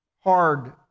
hard